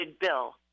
bill